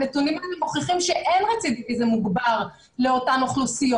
הנתונים האלה מוכיחים שאין רצידיביזם מוגבר לאותן אוכלוסיות.